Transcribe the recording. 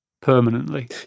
permanently